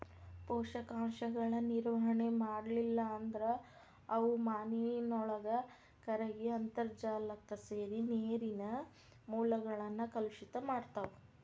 ಪೋಷಕಾಂಶಗಳ ನಿರ್ವಹಣೆ ಮಾಡ್ಲಿಲ್ಲ ಅಂದ್ರ ಅವು ಮಾನಿನೊಳಗ ಕರಗಿ ಅಂತರ್ಜಾಲಕ್ಕ ಸೇರಿ ನೇರಿನ ಮೂಲಗಳನ್ನ ಕಲುಷಿತ ಮಾಡ್ತಾವ